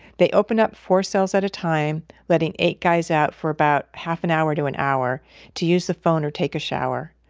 they opened up four cells at a time letting eight guys out for about half an hour to an hour to use the phone or take a shower.